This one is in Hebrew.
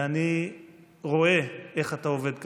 אני רואה איך אתה עובד קשה.